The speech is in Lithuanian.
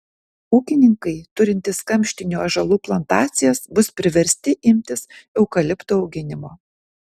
ūkininkai turintys kamštinių ąžuolų plantacijas bus priversti imtis eukaliptų auginimo